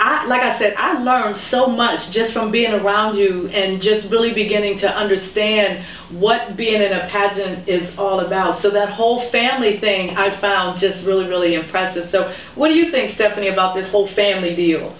last said i've learned so much just from being around you and just really beginning to understand what being in a pageant is all about so that whole family thing i found just really really impressive so what do you think stephanie about this whole basically deal